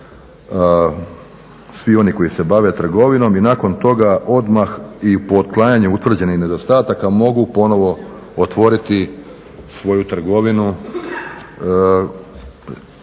svi oni koji se bave trgovinom i nakon toga odmah i pootklanjanjem utvrđenih nedostataka mogu ponovo otvoriti svoju trgovinu.